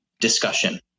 discussion